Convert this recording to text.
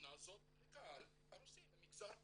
במדינה הזאת לקהל הרוסי, למגזר כולו.